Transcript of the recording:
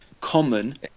Common